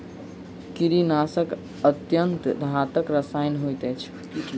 कीड़ीनाशक अत्यन्त घातक रसायन होइत अछि